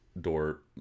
door